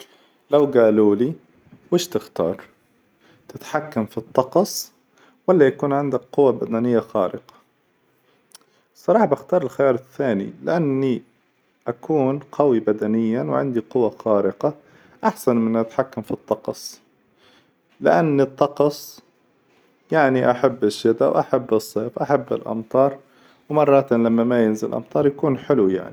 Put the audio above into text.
لو قالوا لي وش تختار، تتحكم في الطقس ولا يكون عندك قوة بدنية خارقة؟ الصراحة باختار الخيار الثاني، لأني أكون قوي بدنيا وعندي قوة خارقة أحسن من إني أتحكم في الطقس، لأن الطقس يعني أحب الشتا، وأحب الصيف، وأحب الأمطار، ومرات لما ما ينزل الأمطار يكون حلو يعني.